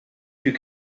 fut